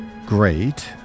great